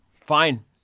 fine